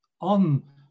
on